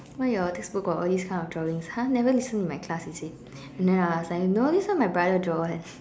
why your textbook got all these kind of drawings !huh! never listen to my class is it and then I was like no this one my brother draw [one]